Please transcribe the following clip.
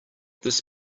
this